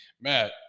Matt